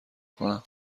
کنم